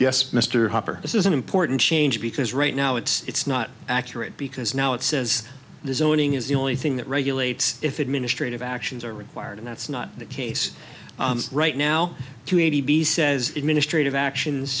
hopper this is an important change because right now it's not accurate because now it says the zoning is the only thing that regulates if administrative actions are required and that's not the case right now to a t v says administrative actions